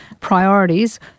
priorities